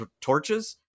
torches